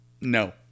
No